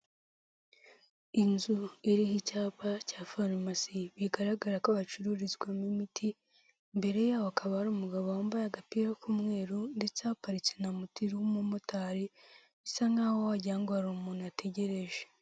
Inzu iriho icyapa cya farumasi bigaragara ko hacururizwamo imiti, imbere yaho hakaba hari umugabo wambaye agapira k'umweru ndetse haparitse na moti iriho umumotari, bisa nkaho wagira ngo hari umuntu ategereje.